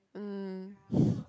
mm